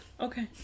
Okay